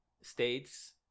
states